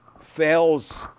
fails